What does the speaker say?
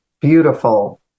beautiful